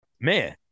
Man